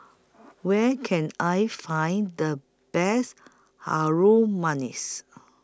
Where Can I Find The Best Harum Manis